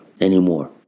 anymore